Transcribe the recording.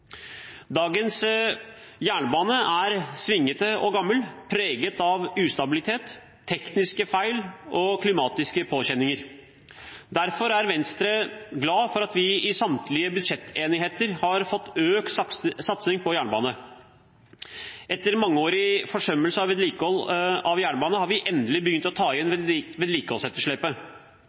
Dagens jernbane er svingete og gammel og preget av ustabilitet, tekniske feil og klimatiske påkjenninger. Derfor er Venstre glad for at vi i samtlige budsjettenigheter har fått økt satsing på jernbane. Etter mangeårig forsømmelse av vedlikehold av jernbanen har vi endelig begynt å ta igjen vedlikeholdsetterslepet.